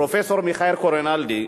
פרופסור מיכאל קורינלדי,